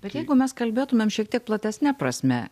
bet jeigu mes kalbėtumėm šiek tiek platesne prasme